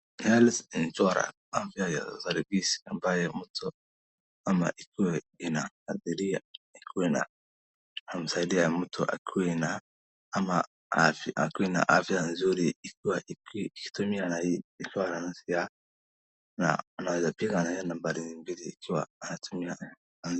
Health Insurance afya ya usaidizi ambayo mtu, ama ikiwa inaadhiria ikiwa inamsaidia mtu akiwa na ama akuwe na afya nzuri ikiwa ikitumia na hii insurance ya na anaweza piga na hiyo nambari mbili ikiwa anatumia.